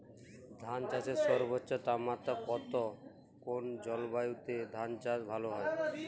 ধান চাষে সর্বোচ্চ তাপমাত্রা কত কোন জলবায়ুতে ধান চাষ ভালো হয়?